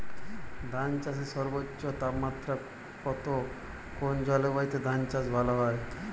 ধান চাষে সর্বোচ্চ তাপমাত্রা কত কোন জলবায়ুতে ধান চাষ ভালো হয়?